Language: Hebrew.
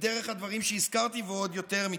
ודרך הדברים שהזכרתי, ועוד יותר מכך.